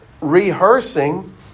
rehearsing